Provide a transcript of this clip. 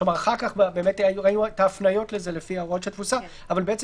אחר כך היו ההפניות לזה לפי ההוראות של תפוסה אבל בעצם